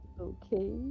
Okay